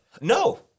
No